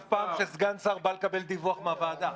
אף פעם שסגן שר בא לקבל דיווח מהוועדה.